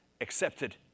accepted